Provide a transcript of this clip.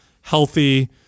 healthy